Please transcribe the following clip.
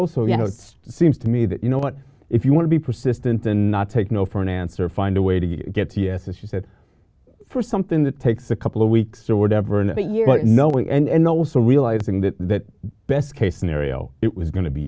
also you know it's seems to me that you know what if you want to be persistent and not take no for an answer find a way to get to yes as she said for something that takes a couple of weeks or whatever and that you know we and the will so realizing that that best case scenario it was go